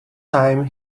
time